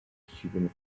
cuban